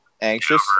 Anxious